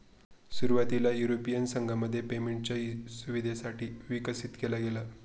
सुरुवातीला युरोपीय संघामध्ये पेमेंटच्या सुविधेसाठी विकसित केला गेला